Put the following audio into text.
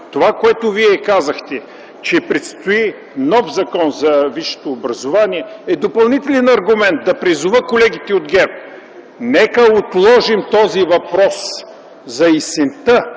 това, което Вие казахте – че предстои нов Закон за висшето образование, е допълнителен аргумент да призова колегите от ГЕРБ: нека отложим този въпрос за есента,